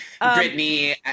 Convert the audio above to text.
Britney